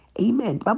Amen